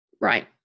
Right